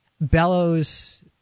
bellows